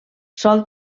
sol